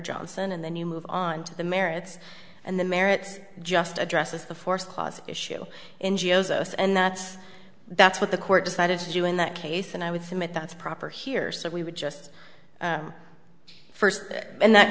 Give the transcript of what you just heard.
johnson and then you move on to the merits and the merits just address the forced clause issue n g o s and that's that's what the court decided to do in that case and i would submit that's proper here so we would just first and that